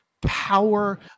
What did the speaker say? power